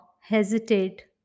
hesitate